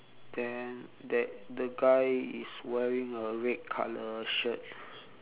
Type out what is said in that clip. then that the guy is wearing a red colour shirt